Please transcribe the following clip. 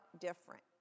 different